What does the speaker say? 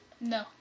No